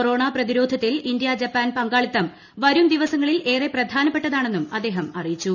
corona പ്രതിരോധത്തിൽ India Japan പങ്കാളിത്തം വരും ദിവസങ്ങളിൽ ഏറെ പ്രധാനപ്പെട്ടതാണെന്നും അദ്ദേഹം അറിയിച്ചു